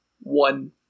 one